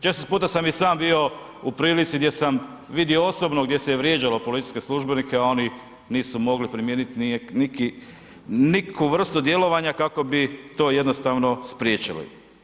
Često puta sam i sam bio u prilici gdje sam vidio osobno gdje se vrijeđalo policijskog službenika, a oni nisu mogli primijeniti nikoju vrstu djelovanja kako bi to jednostavno spriječili.